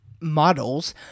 models